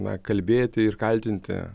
na kalbėti ir kaltinti